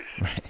Right